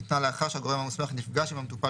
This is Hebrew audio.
שניתנה לאחר שהגורם המוסמך נפגש עם המטופל